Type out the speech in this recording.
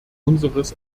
unseres